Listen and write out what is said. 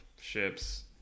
ships